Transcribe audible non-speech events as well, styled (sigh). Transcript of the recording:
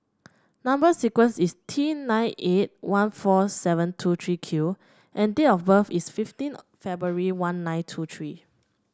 number sequence is T nine eight one four seven two three Q and date of birth is fifteen (unintelligible) February one nine two three